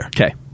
Okay